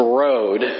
road